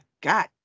God